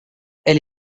elle